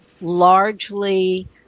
largely